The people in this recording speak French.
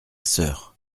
soeur